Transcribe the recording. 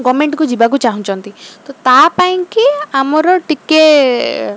ଗଭର୍ନମେଣ୍ଟକୁ ଯିବାକୁ ଚାହୁଁଛନ୍ତି ତ ତା'ପାଇଁ କି ଆମର ଟିକେ